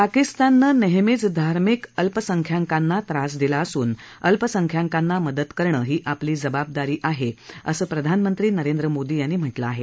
पाकिस्ताननं नेहमीच धार्मिक अल्पसंख्यांकाना अ्रास दिला असून अल्पसंख्याकाना मदत करणं ही आपली जबाबदारी आहे असं प्रधानमंत्री नरेंद्र मोदी यांनी म्हटलं आहे